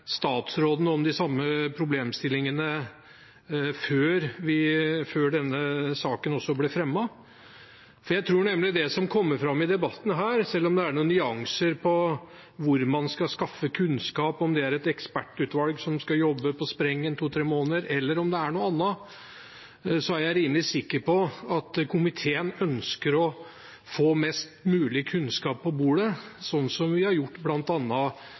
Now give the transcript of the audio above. statsråden om de samme problemstillingene før denne saken ble fremmet. Jeg tror nemlig: Med tanke på det som kommer fram i debatten her, selv om det er noen nyanser på hvor man skal skaffe kunnskap, om det er et ekspertutvalg som skal jobbe på spreng to–tre måneder, eller om det er noe annet, er jeg rimelig sikker på at komiteen ønsker å få mest mulig kunnskap på bordet, som vi